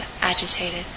agitated